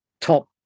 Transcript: top